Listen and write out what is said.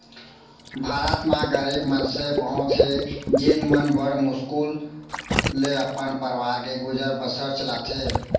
भारत म गरीब मनसे बहुत हें जेन मन बड़ मुस्कुल ले अपन परवार के गुजर बसर चलाथें